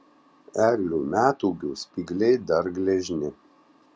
eglių metūgių spygliai dar gležni